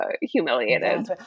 humiliated